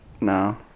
No